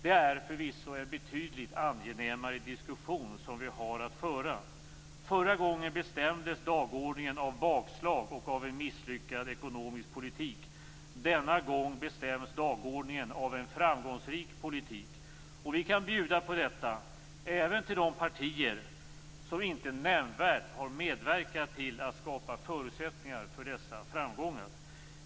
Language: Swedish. Det är förvisso en betydligt angenämare diskussion som vi har att föra. Förra gången bestämdes dagordningen av bakslag och av en misslyckad ekonomisk politik. Denna gång bestäms dagordningen av en framgångsrik politik. Vi kan bjuda på detta, även till de partier som inte nämnvärt har medverkat till att skapa förutsättningar för dessa framgångar.